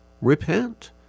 Repent